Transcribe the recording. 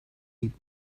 niet